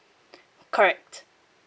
correct